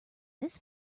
this